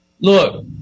Look